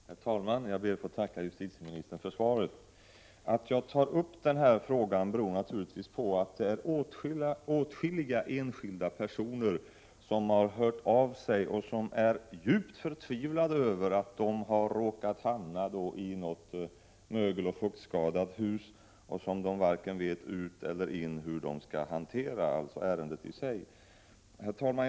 Herr talman! Jag ber att få tacka justitieministern för svaret. Att jag tar upp den här frågan beror naturligtvis på att det är åtskilliga enskilda personer som har hört av sig och som är djupt förtvivlade över att de har råkat hamna i mögeloch fuktskadade hus. De vet varken ut eller in när det gäller hur de skall hantera ärendet. Herr talman!